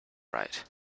right